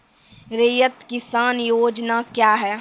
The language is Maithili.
रैयत किसान योजना क्या हैं?